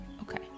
Okay